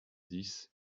dix